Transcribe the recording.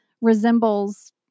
resembles